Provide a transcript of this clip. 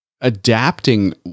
adapting